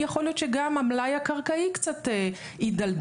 יכול להיות שגם המלאי הקרקעי קצת הידלדל